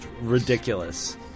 ridiculous